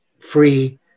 free